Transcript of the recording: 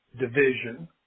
division